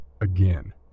again